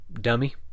dummy